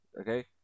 okay